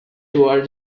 toward